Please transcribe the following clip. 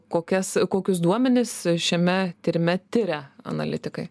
kokias kokius duomenis šiame tyrime tiria analitikai